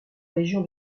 région